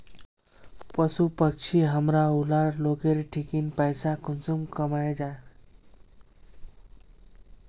पशु पक्षी हमरा ऊला लोकेर ठिकिन पैसा कुंसम कमाया जा?